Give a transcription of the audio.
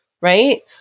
right